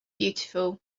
beautiful